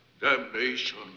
damnation